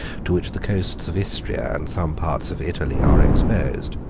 to which the coasts of istria and some parts of italy are exposed.